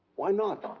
why not?